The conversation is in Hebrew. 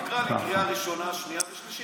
תקרא לי קריאה ראשונה, שנייה ושלישית.